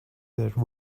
that